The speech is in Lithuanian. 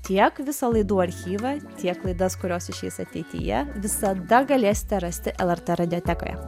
tiek visą laidų archyvą tiek laidas kurios išeis ateityje visada galėsite rasti lrt radiotekoje